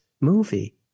movie